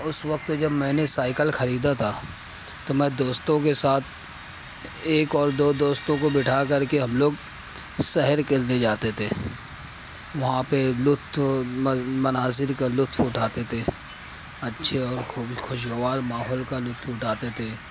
اس وقت جب میں نے سائیکل خریدا تھا تو میں دوستوں کے ساتھ ایک اور دو دوستوں کو بٹھا کر کے ہم لوگ سیر کرنے جاتے تھے وہاں پر لطف مناظر کا لطف اٹھاتے تھے اچھے اور خوشگوار ماحول کا لطف اٹھاتے تھے